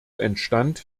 entstand